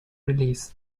release